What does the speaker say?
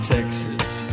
Texas